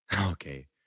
Okay